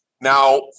Now